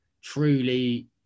truly